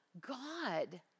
God